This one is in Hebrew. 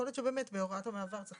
יכול להיות שבאמת בהוראת המעבר צריך